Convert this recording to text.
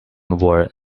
were